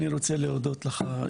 אני רוצה להודות לך,